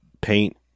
paint